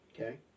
okay